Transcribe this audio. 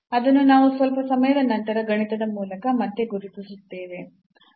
ಅದನ್ನು ನಾವು ಸ್ವಲ್ಪ ಸಮಯದ ನಂತರ ಗಣಿತದ ಮೂಲಕ ಮತ್ತೆ ಗುರುತಿಸುತ್ತೇವೆ